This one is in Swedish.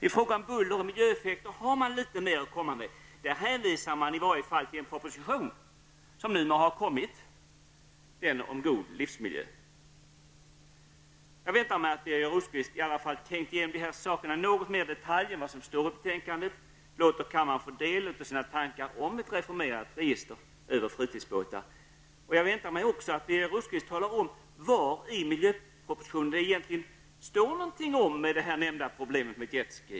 I fråga om buller och miljöeffekter har man litet mer att komma med. Där hänvisar man i varje fall till en proposition, som numera har kommit, om en god livsmiljö. Jag väntar mig att Birger Rosqvist har tänkt igenom dessa saker något mer i detalj än som kommer till uttryck i betänkandet och låter kammaren få del av sina tankar om ett reformerat register över fritidsbåtar. Jag väntar mig också att Birger Rosqvist talar om var i miljöpropositionen det står något om det nämnda problemet med Jet Ski.